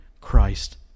Christ